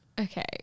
Okay